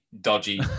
dodgy